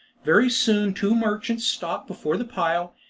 very soon two merchants stopped before the pile,